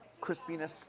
Crispiness